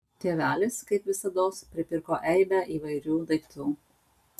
tėvelis kaip visados pripirko eibę įvairių daiktų